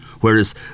whereas